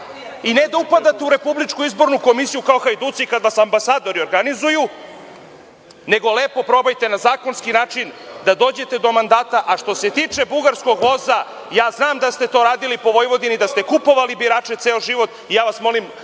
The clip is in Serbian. i ne da upadate u RIK kao hajduci kada vas ambasadori organizuju, nego lepo probajte na zakonski način da dođete do mandata. Što se tiče bugarskog voza, ja znam da ste to radili po Vojvodini, da ste kupovali birače ceo život i ja vas molim